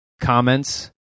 comments